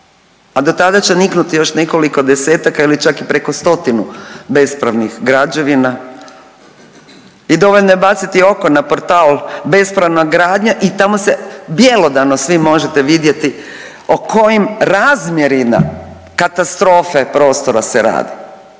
a dotada će niknuti još nekoliko desetaka ili čak i preko stotinu bespravnih građevina. I dovoljno je baciti na portal bespravna gradnja i tamo se bjelodano svi možete vidjeti o kojim razmjerima katastrofe prostora se radi.